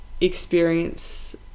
experience